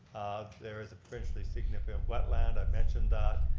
there is a provincially significant wetland, i've mentioned that,